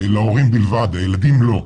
להורים בלבד, לילדים לא.